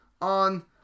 on